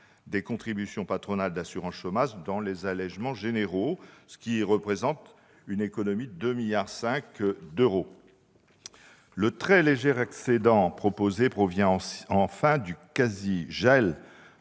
des contributions patronales d'assurance chômage dans les allégements généraux, ce qui représente une économie de 2,5 milliards d'euros. Enfin, ce très léger excédent trouve sa source dans le quasi-gel-